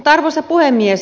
arvoisa puhemies